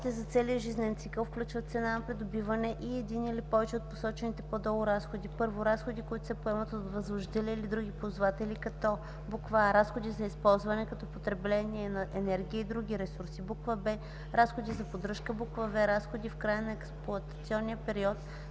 Разходите за целия жизнен цикъл включват цена на продобиване и един или повече от посочените по-долу разходи: 1. разходи, които се поемат от възложителя или други ползватели, като: а) разходи за използване, като потребление на енергия и други ресурси; б) разходи за поддръжка; в) разходи в края на експлоатационния период,